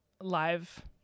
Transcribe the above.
live